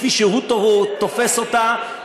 כפי שהוא תופס אותה,